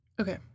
Okay